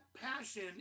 passion